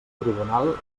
tribunal